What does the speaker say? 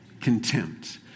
Contempt